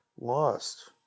Lost